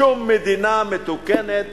בשום מדינה מתוקנת